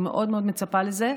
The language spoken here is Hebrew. אני מאוד מאוד מצפה לזה.